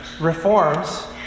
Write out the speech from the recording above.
reforms